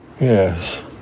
yes